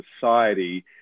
society